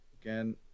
Again